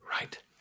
Right